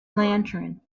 lantern